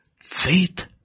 Faith